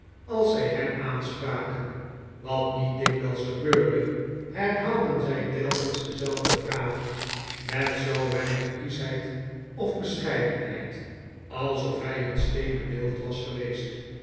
als zij hem aanspraken wat niet dikwijls gebeurde herhaalden zij telkens dezelfde vragen met zoo weinig kieschheid of bescheidenheid alsof hij een steenen beeld was geweest